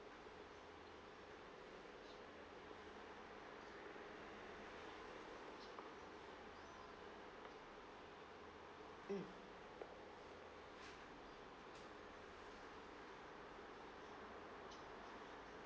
mm